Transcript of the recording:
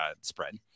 spread